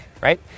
right